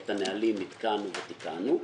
כשאת הנהלים עדכנו ותיקנו,